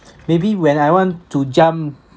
maybe when I want to jump